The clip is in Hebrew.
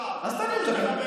אולי תתייחס לכנסת?